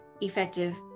effective